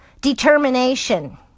determination